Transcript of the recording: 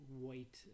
white